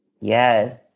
Yes